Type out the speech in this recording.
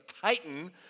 titan